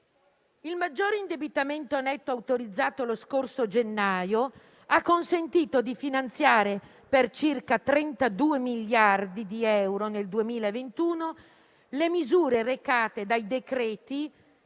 Il maggiore indebitamento netto autorizzato lo scorso gennaio ha consentito di finanziare per circa 32 miliardi di euro nel 2021 le misure recate dal decreto